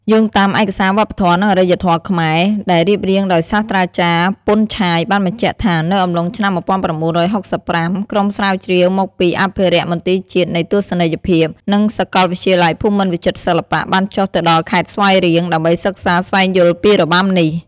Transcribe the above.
យោងតាមឯកសារវប្បធម៌ និងអរិយធម៌ខ្មែរ ដែលរៀបរៀងដោយសាស្ត្រាចារ្យ ពន់ ឆាយ បានបញ្ជាក់ថា នៅអំឡុងឆ្នាំ១៩៦៥ ក្រុមស្រាវជ្រាវមកពីអភិរក្សមន្ទីរជាតិនៃទស្សនីយភាព និងសាកលវិទ្យាល័យភូមិន្ទវិចិត្រសិល្បៈ បានចុះទៅដល់ខេត្តស្វាយរៀង ដើម្បីសិក្សាស្វែងយល់ពីរបាំនេះ។